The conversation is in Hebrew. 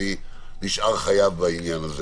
אני נשאר חייב בעניין.